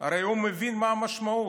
הרי הוא מבין מה המשמעות,